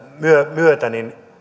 myötä